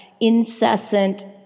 incessant